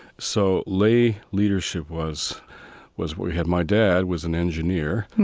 so lay leadership was was what we had. my dad was an engineer,